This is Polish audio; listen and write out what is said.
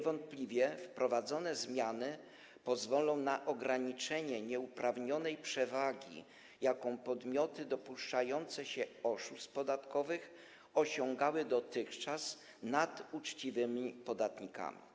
Wprowadzane zmiany niewątpliwie pozwolą na ograniczenie nieuprawnionej przewagi, jaką podmioty dopuszczające się oszustw podatkowych osiągały dotychczas nad uczciwymi podatnikami.